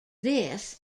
this